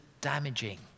damaging